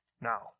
now